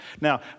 Now